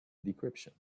decryption